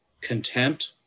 contempt